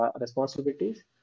responsibilities